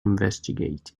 investigate